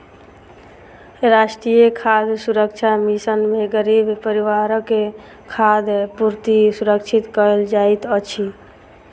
राष्ट्रीय खाद्य सुरक्षा मिशन में गरीब परिवारक खाद्य पूर्ति सुरक्षित कयल जाइत अछि